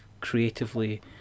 creatively